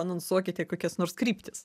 anonsuokite kokias nors kryptis